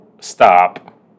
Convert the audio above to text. stop